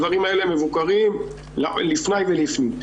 הדברים האלה מבוקרים לפני ולפנים.